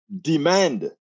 demand